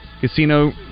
Casino